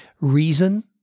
Reason